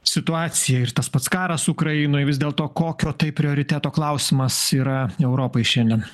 situaciją ir tas pats karas ukrainoj vis dėlto kokio tai prioriteto klausimas yra europai šiandien